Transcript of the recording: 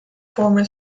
former